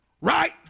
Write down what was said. right